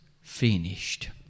finished